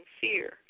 fear